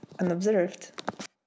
unobserved